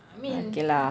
okay lah